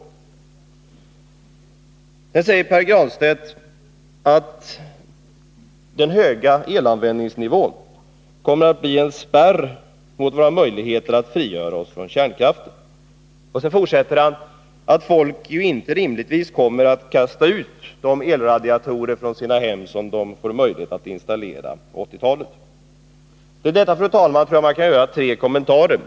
Vidare säger Pär Granstedt att den höga elanvändningsnivån kommer att bli en spärr mot våra möjligheter att frigöra oss från kärnkraften. Folk kommer inte rimligtvis att kasta ut de elradiatorer från sina hem som de får möjlighet att installera på 1980-talet, tror han. Till detta, fru talman, tror jag att man kan göra tre kommentarer.